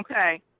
Okay